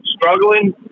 struggling